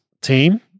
team